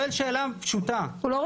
שאלה פשוטה.